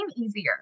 easier